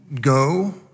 go